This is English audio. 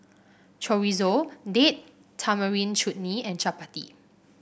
Chorizo Date Tamarind Chutney and Chapati